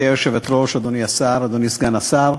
גברתי היושבת-ראש, אדוני השר, אדוני סגן השר,